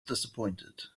disappointed